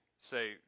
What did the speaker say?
say